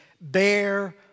bear